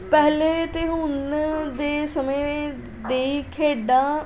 ਪਹਿਲਾਂ ਅਤੇ ਹੁਣ ਦੇ ਸਮੇਂ ਦੀਆਂ ਖੇਡਾਂ